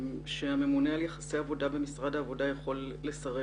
שהממונה על יחסי העבודה במשרד העבודה יכול לסרב